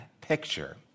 picture